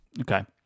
Okay